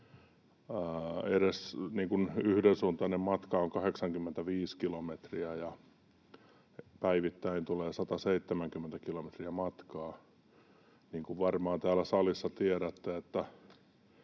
yhdensuuntainen matka on 85 kilometriä eli päivittäin tulee 170 kilometriä matkaa. Niin kuin varmaan täällä salissa tiedätte,